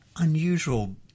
unusual